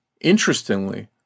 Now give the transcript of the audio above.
Interestingly